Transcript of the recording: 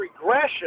regression